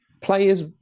players